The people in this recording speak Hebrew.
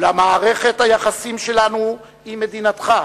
ולמערכת היחסים שלנו עם מדינתך,